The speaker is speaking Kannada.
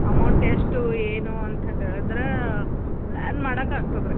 ಅಮೌಂಟ್ ಎಷ್ಟು ಏನು ಅಂತ ಹೇಳಿದಿರಾ ಪ್ಲ್ಯಾನ್ ಮಾಡೋಕೆ ಆಗ್ತದೆ ರೀ